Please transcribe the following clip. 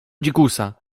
dzikusa